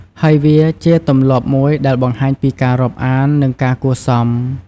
ហើយវាជាទម្លាប់មួយដែលបង្ហាញពីការរាប់អាន និងការគួរសម។